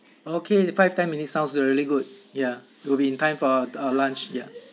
okay five ten minutes sounds really good ya will be in time for uh lunch ya